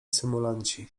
symulanci